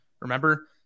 Remember